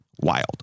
wild